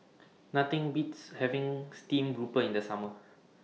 Nothing Beats having Stream Grouper in The Summer